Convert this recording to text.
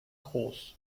groß